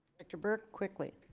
director burke quickly.